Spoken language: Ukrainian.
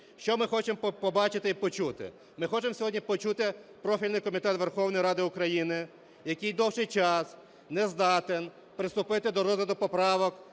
Що ми хочемо побачити і почути. Ми хочемо сьогодні почути профільний комітет Верховної Ради України, який довгий час не здатен приступити до розгляду поправок,